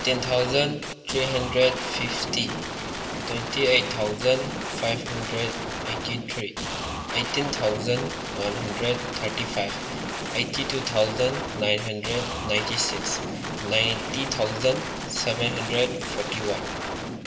ten thousand three hundred fifty twenty eight thousand five hundred eighty three eighteen thousand one hundred thirty five eighty two thousand nine hundred ninety six ninety thousand seven hundred forty one